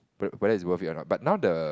whether it's worth it a not but now the